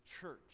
church